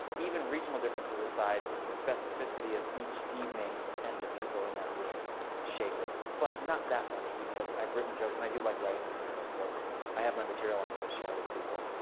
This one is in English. even regional differences aside, it's the specificity of each evening and the people in that room shape it. but not that much, because i've written jokes. and i do like writing material. so i have my material i'm going to share with people.